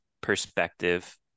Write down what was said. perspective